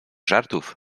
żartów